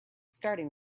starting